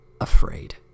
afraid